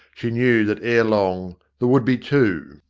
she knew that ere long there would be two.